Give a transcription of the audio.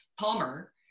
Palmer